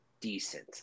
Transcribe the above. decent